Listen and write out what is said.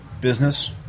business